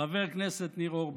חבר הכנסת ניר אורבך,